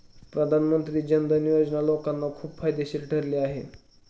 प्रधानमंत्री जन धन योजना लोकांना खूप फायदेशीर ठरली आहे